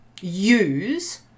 use